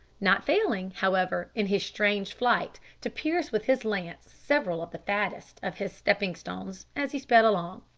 not failing, however, in his strange flight, to pierce with his lance several of the fattest of his stepping-stones as he sped along.